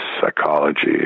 psychology